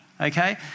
Okay